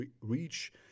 reach